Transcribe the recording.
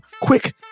quick